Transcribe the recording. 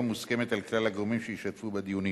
מוסכמת על כלל הגורמים שהשתתפו בדיונים.